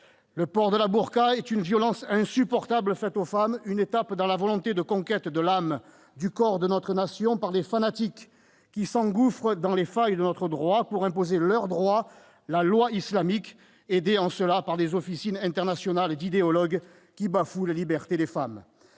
Le port de la burqa est une violence insupportable faite aux femmes, une étape dans la volonté de conquête de l'âme et du corps de notre nation par des fanatiques qui s'engouffrent dans les failles de notre droit pour imposer leur droit, la loi islamique, aidés en cela par des officines internationales d'idéologues qui bafouent les libertés des femmes.